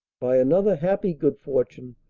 by another happy good fortune,